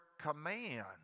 command